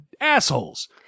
assholes